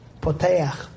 potayach